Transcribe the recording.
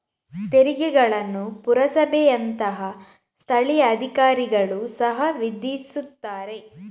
ತೆರಿಗೆಗಳನ್ನು ಪುರಸಭೆಯಂತಹ ಸ್ಥಳೀಯ ಅಧಿಕಾರಿಗಳು ಸಹ ವಿಧಿಸುತ್ತಾರೆ